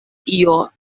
your